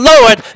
Lord